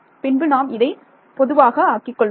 பின்பு நாம் இதை பொதுவாக ஆக்கிக்கொள்வோம்